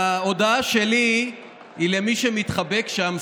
ההודעה שלי היא למי שמתחבק שם,